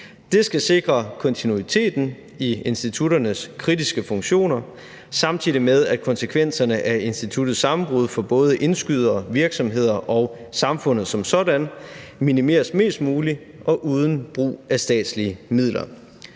Det skal sikre kontinuiteten i institutternes kritiske funktioner, samtidig med at konsekvenserne af instituttets sammenbrud for både indskydere, virksomheder og samfundet som sådan minimeres mest muligt og uden brug af statslige midler.